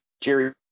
Jerry